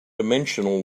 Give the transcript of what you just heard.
dimensional